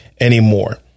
anymore